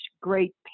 great